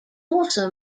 also